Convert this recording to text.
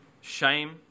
shame